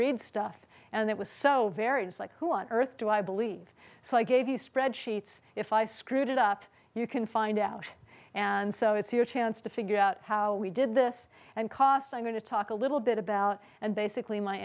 read stuff and it was so very much like who on earth do i believe so i gave you spreadsheets if i screwed it up you can find out and so it's your chance to figure out how we did this and cost i'm going to talk a little bit about and basically my